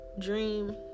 dream